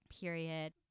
period